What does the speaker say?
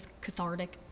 cathartic